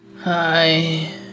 Hi